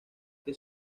que